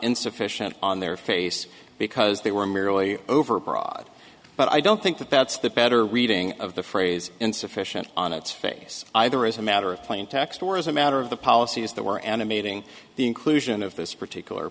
insufficient on their face because they were merely overbroad but i don't think that that's the better reading of the phrase insufficient on its face either as a matter of plain text or as a matter of the policies that were animating the inclusion of this particular